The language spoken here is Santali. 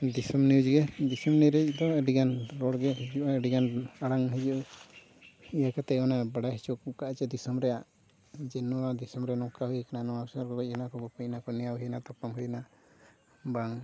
ᱫᱤᱥᱚᱢ ᱱᱤᱭᱩᱡᱽ ᱜᱮ ᱫᱤᱥᱚᱢ ᱱᱤᱭᱩᱡᱽ ᱨᱮᱫᱚ ᱟᱹᱰᱤ ᱜᱟᱱ ᱨᱚᱲ ᱜᱮ ᱦᱩᱭᱩᱜᱼᱟ ᱟᱹᱰᱤ ᱜᱟᱱ ᱟᱲᱟᱝ ᱦᱤᱡᱩᱜ ᱤᱭᱟᱹ ᱠᱟᱛᱮᱫ ᱚᱱᱮ ᱵᱟᱲᱟᱭ ᱦᱚᱪᱚ ᱠᱚᱜᱼᱟ ᱡᱮ ᱫᱤᱥᱚᱢ ᱨᱮᱭᱟᱜ ᱡᱮ ᱱᱚᱣᱟ ᱫᱤᱥᱚᱢ ᱨᱮ ᱱᱚᱝᱠᱟ ᱦᱩᱭ ᱠᱟᱱᱟ ᱱᱚᱣᱟ ᱥᱚᱦᱚᱨ ᱨᱮ ᱜᱚᱡ ᱮᱱᱟᱠᱚ ᱵᱟᱠᱚ ᱜᱚᱡ ᱮᱱᱟᱠᱚ ᱱᱮᱭᱟᱣ ᱦᱩᱭ ᱮᱱᱟ ᱛᱟᱯᱟᱢ ᱦᱩᱭ ᱮᱱᱟ ᱵᱟᱝ